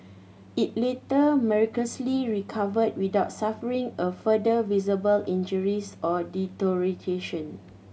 it later miraculously recovered without suffering a further visible injuries or deterioration